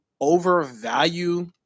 overvalue